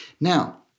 Now